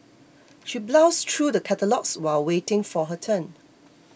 she browsed through the catalogues while waiting for her turn